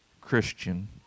Christian